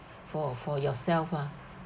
for for yourself ah